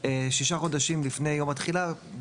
שישה חודשים לפני יום התחילה,